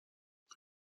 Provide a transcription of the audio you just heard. فکر